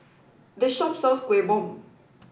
this shop sells Kuih Bom